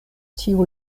tiu